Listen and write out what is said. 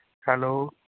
hello